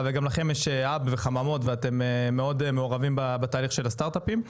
גם לכם יש האב וחממות ואתם מאוד מעורבים בתהליך של הסטארט-אפים.